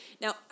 Now